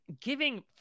giving